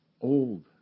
old